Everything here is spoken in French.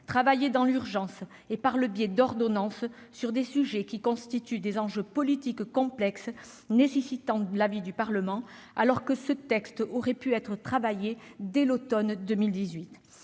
travailler dans l'urgence et par le biais d'habilitations à légiférer par ordonnance sur des sujets qui constituent des enjeux politiques complexes nécessitant l'avis du Parlement, alors que ce texte aurait pu être travaillé dès l'automne 2018.